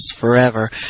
forever